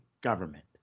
government